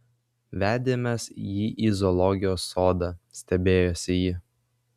vedėmės jį į zoologijos sodą stebėjosi ji